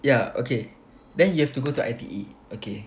ya okay then you have to go to I_T_E okay